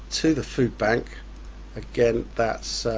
to the food bank again that's